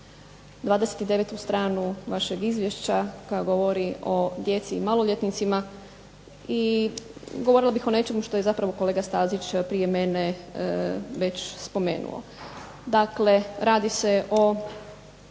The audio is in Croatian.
29. stranu vašeg izvješća koja govori o djeci i maloljetnicima i govorila bih o nečemu što je zapravo kolega Stazić prije mene već spomenuo. Dakle, radi se o